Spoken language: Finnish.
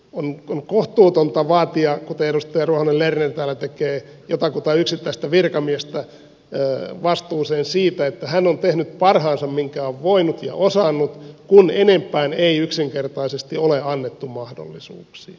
on kohtuutonta vaatia kuten edustaja ruohonen lerner täällä tekee jotakuta yksittäistä virkamiestä vastuuseen siitä että hän on tehnyt parhaansa minkä on voinut ja osannut kun enempään ei yksinkertaisesti ole annettu mahdollisuuksia